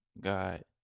God